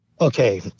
Okay